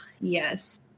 yes